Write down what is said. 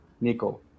Nico